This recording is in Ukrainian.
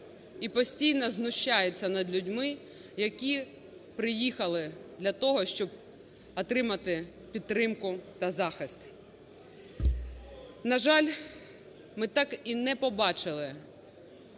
і постійно знущається над людьми, які приїхали для того, щоб отримати підтримку та захист. На жаль, ми так і не побачили